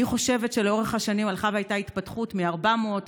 אני חושבת שלאורך השנים הלכה והייתה התפתחות מ-400,